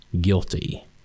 guilty